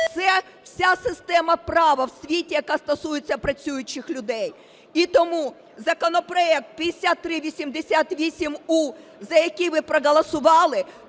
вся система права в світі, яка стосується працюючих людей. І тому законопроект 5388 "У", за який ви проголосували,